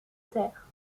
terre